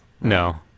No